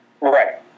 Right